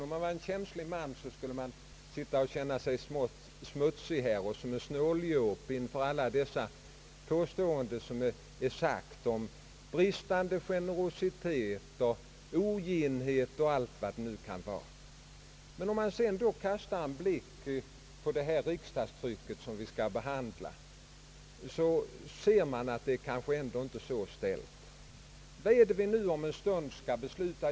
Om jag var en känslig man, skulle jag sitta och känna mig smått smutsig och såsom en snåljåp inför alla påståendena om bristande generositet och oginhet eller allt vad det kan vara. Om man kastar en blick på det utskottsutlåtande som vi nu behandlar, ser man kanske ändå att det inte är så illa ställt. Vad är det nu som vi om en stund skall besluta?